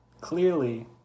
clearly